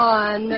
on